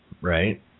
right